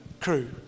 crew